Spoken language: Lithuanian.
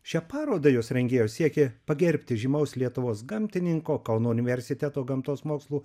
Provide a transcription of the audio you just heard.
šia paroda jos rengėjos siekė pagerbti žymaus lietuvos gamtininko kauno universiteto gamtos mokslų